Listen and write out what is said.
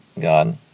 God